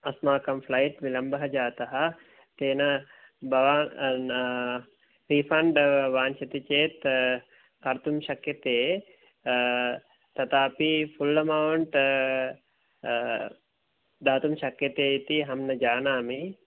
अस्माकं फ्लैट् विलम्बः जातः तेन भवान् रीफण्ड् वाञ्छति चेत् कर्तुं शक्यते तथापि फुल् अमौण्ट् दातुं शक्यते इति अहं न जानामि